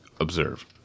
observe